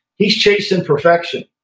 he's chasing perfection,